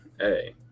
Hey